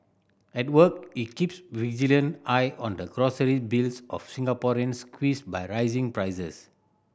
at work he keeps vigilant eye on the grocery bills of Singaporeans squeezed by rising prices